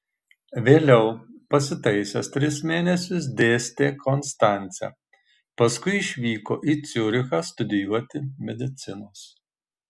vėliau pasitaisęs tris mėnesius dėstė konstance paskui išvyko į ciurichą studijuoti medicinos